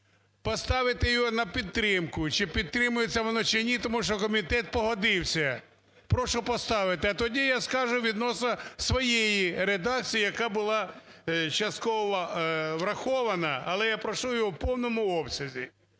поставити його на підтримку. Чи підтримується воно, чи ні, тому що комітет погодився. Прошу поставити. А тоді я скажу відносно своєї редакції, яка була частково врахована, але я прошу її в повному обсязі.